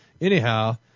Anyhow